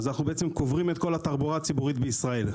אנחנו קוברים את כל התחבורה הציבורית בישראל.